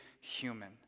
human